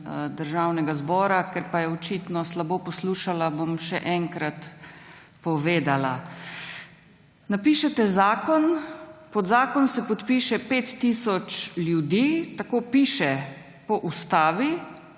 Državnega zbora. Ker pa je očitno slabo poslušala, bom še enkrat povedala. Napišete zakon, pod zakon se podpiše 5 tisoč ljudi, tako piše po Ustavi,